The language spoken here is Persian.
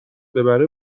ببره